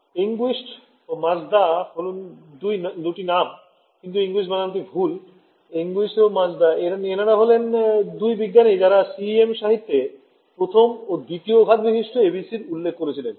Engquist ও Majda হল দুটি নাম কিন্তু Engquist বানানটি ভুল Engquist ও Majda এনারা হলেন দুই বিজ্ঞানী যারা CEM সাহিত্যে প্রথম ও দ্বিতীয় ঘাত বিশিষ্ট ABC এর উল্লেখ করেছিলেন